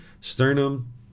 sternum